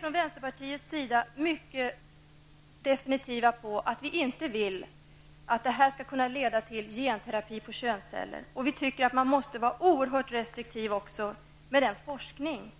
Från vänsterpartiets sida är vi alldeles definitivt emot att detta skall kunna leda till genterapi på könsceller. Vi tycker också att man måste vara oerhört restriktiv med den forskning